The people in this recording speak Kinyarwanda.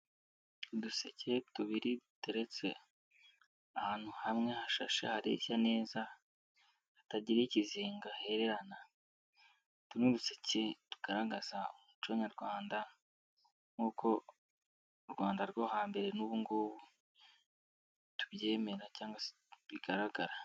Uduseke tubiri duteretse ahantu hamwe hashashe hareshya neza, hatagira ikizinga herana, utu ni uduseke tugaragaza umuco nyarwanda, nk'uko u rwanda rwo hambere n'ubungubu tubyemera, cyangwa bigaragara.